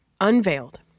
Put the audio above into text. unveiled